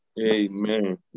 Amen